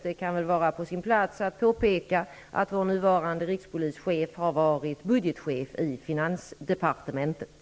Det kan väl vara på sin plats att påpeka att vår nuvarande rikspolischef har varit budgetchef i finansdepartementet.